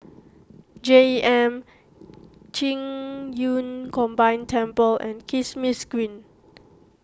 J M Qing Yun Combined Temple and Kismis Green